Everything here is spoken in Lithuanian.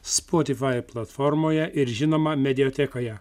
spotify platformoje ir žinoma mediatekoje